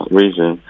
reason